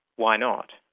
why not?